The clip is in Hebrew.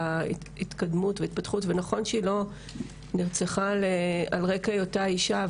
ההתקדמות וההתפתחות ונכון שהיא לא נרצחה על רקע היותה אישה,